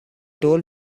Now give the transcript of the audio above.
told